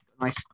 Nice